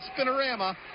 spinorama